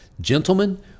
gentlemen